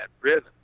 rhythm